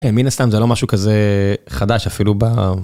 אה מין הסתם זה לא משהו כזה חדש אפילו ב.